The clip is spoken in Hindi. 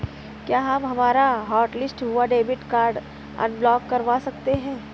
क्या हम हमारा हॉटलिस्ट हुआ डेबिट कार्ड अनब्लॉक करवा सकते हैं?